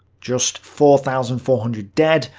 just four thousand four hundred dead,